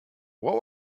what